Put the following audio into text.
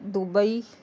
Dubai